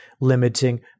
limiting